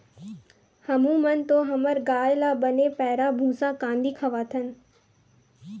हमू मन तो हमर गाय ल बने पैरा, भूसा, कांदी खवाथन